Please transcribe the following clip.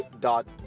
dot